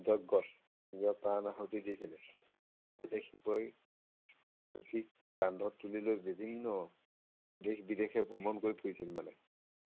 যজ্ঞত নিজৰ প্ৰাণ আহুতি দিছিলে তেতিয়া শিৱই সতীক কান্ধত তুলি লৈ বিভিন্ন দেশ বিদেশে ভ্ৰমণ কৰি ফুৰিছিল মানে